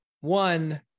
one